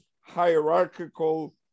hierarchical